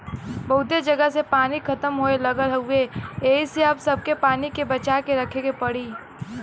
बहुते जगह से पानी खतम होये लगल हउवे एही से अब सबके पानी के बचा के रखे के पड़ी